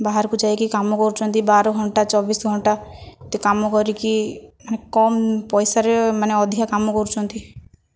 ବାହାରକୁ ଯାଇକି କାମ କରୁଛନ୍ତି ବାର ଘଣ୍ଟା ଚବିଶ ଘଣ୍ଟା ଏତେ କାମ କରିକି ମାନେ କମ୍ ପଇସାରେ ମାନେ ଅଧିକ କାମ କରୁଛନ୍ତି